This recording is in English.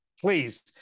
please